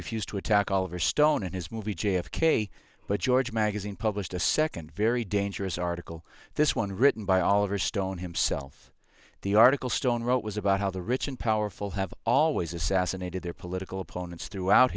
refuse to attack oliver stone and his movie j f k but george magazine published a second very dangerous article this one written by oliver stone himself the article stone wrote was about how the rich and powerful have always assassinated their political opponents throughout